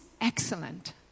excellent